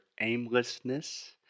aimlessness